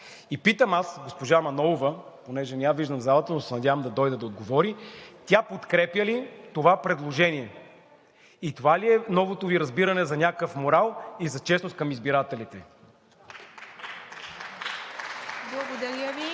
И питам аз госпожа Манолова, понеже не я виждам в залата, но се надявам да дойде и да отговори: тя подкрепя ли това предложение и това ли е новото Ви разбиране за някакъв морал и за честност към избирателите? (Ръкопляскания